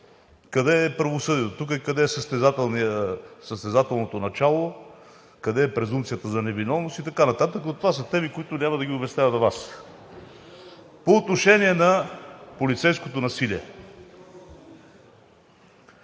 къде е правосъдието тук и къде е състезателното начало, къде е презумпцията за невиновност и така нататък? Но това са теми, които няма да ги обяснявам на Вас. По отношение на полицейското насилие.